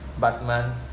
Batman